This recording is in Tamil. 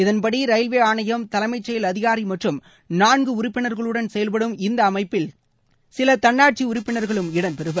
இதன்படி ரயில்வே ஆணையம் தலைமைச்செயல் அதிகாரி மற்றும் நான்கு உறுப்பினர்களுடன் செயல்படும் இந்த அமைப்பில் சில தன்னாட்சி உறுப்பினர்களும் இடம்பெறுவர்